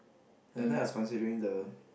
that time I was considering the